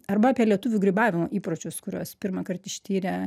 arba apie lietuvių grybavimo įpročius kuriuos pirmąkart ištyrė